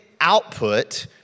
output